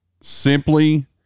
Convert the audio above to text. simply